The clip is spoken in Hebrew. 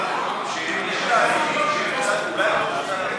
נא להצביע.